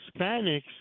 Hispanics